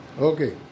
Okay